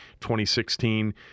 2016